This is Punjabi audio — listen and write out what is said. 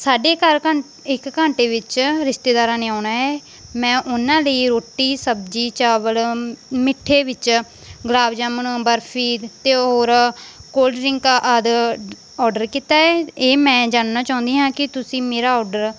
ਸਾਡੇ ਘਰ ਘੰਟੇ ਇੱਕ ਘੰਟੇ ਵਿੱਚ ਰਿਸ਼ਤੇਦਾਰਾਂ ਨੇ ਆਉਣਾ ਹੈ ਮੈਂ ਉਹਨਾਂ ਲਈ ਰੋਟੀ ਸਬਜ਼ੀ ਚਾਵਲ ਮਿੱਠੇ ਵਿੱਚ ਗੁਲਾਬ ਜਾਮਣ ਬਰਫੀ ਅਤੇ ਉਹ ਹੋਰ ਕੋਲਡ ਰਿੰਕ ਆਦਿ ਆਰਡਰ ਕੀਤਾ ਹੈ ਇਹ ਮੈਂ ਜਾਣਨਾ ਚਾਹੁੰਦੀ ਹਾਂ ਕਿ ਤੁਸੀਂ ਮੇਰਾ ਆਰਡਰ